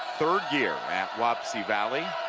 third year at wapsie valley.